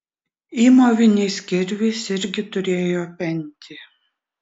įmovinis kirvis irgi turėjo pentį